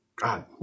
God